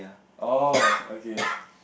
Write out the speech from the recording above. oh okay